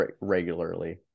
regularly